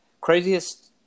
craziest